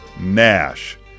NASH